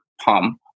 pump